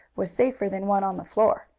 was safer than one on the floor.